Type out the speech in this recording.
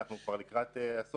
אנחנו כבר לקראת הסוף.